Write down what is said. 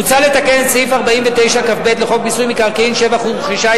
מוצע לתקן את סעיף 49כב לחוק מיסוי מקרקעין (שבח ורכישה),